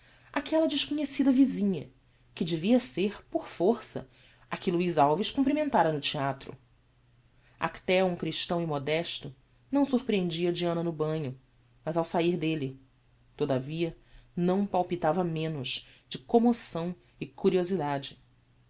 aquella desconhecida visinha que devia ser por força a que luiz alves comprimentara no theatro acteon christão e modesto não sorprehendia diana no banho mas ao sair delle todavia não palpitava menos de commoção e curiosidade